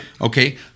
okay